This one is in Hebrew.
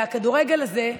הכדורגל הזה,